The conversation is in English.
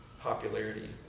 popularity